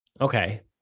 Okay